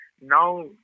now